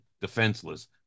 defenseless